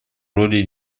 роли